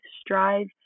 strive